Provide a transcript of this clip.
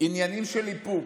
עניינים של איפוק,